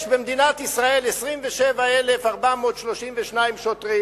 יש במדינת ישראל 27,432 שוטרים